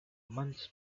months